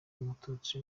umututsi